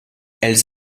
elles